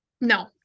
no